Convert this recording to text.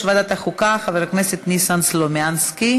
ועדת החוקה חבר הכנסת ניסן סלומינסקי.